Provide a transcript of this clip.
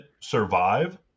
survive